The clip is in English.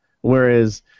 whereas